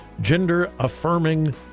gender-affirming